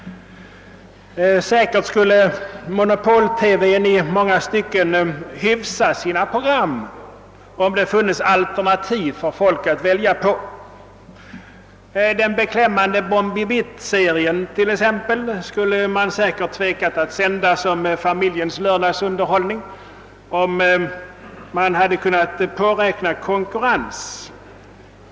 Säkerligen skulle monopol-TV i många stycken hyfsa sina program, om det funnes alternativ för folk att välja mellan. Den beklämmande Bombi Bittserien t.ex. skulle man förmodligen ha tvekat att sända som familjens lördagsunderhållning, om man hade kunnat påräkna konkurrens.